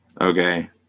Okay